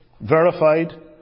verified